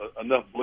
enough